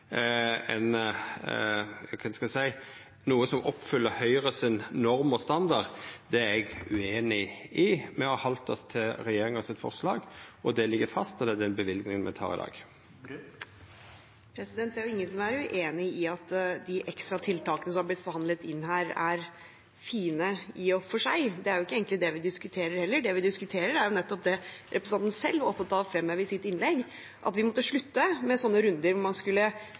som oppfyller Høgre si norm og standard, er eg ueinig i. Me har halde oss til regjeringa sitt forslag, og det ligg fast og er den løyvinga me vedtek i dag. Det er ingen som er uenig i at de ekstra tiltakene som er blitt forhandlet inn her, er fine i og for seg. Det er jo ikke egentlig det vi diskuterer heller. Det vi diskuterer, er jo nettopp det representanten selv var opptatt av å fremheve i sitt innlegg, at vi måtte slutte med sånne runder, der man